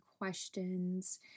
questions